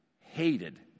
hated